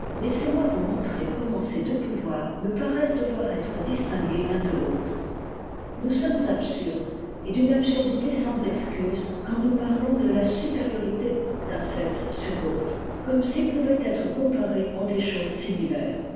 laissez-moi vous montrer comment ces deux pouvoirs me paraissent devoir être distingués l'un de l'autre nous sommes absurdes et d'une absurdité sans excuse quand nous parlons de la supériorité d'un sexesur l'autre comme s'ils pouvaient être comparés en des choses similaires